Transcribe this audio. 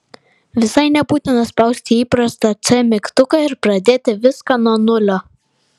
visai nebūtina spausti įprastą c mygtuką ir pradėti viską nuo nulio